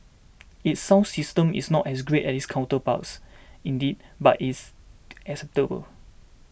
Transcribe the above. its sound system is not as great as its counterparts indeed but is is